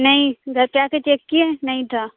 نہیں گھر پہ آ کے چیک کیے نہیں تھا